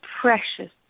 precious